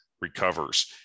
recovers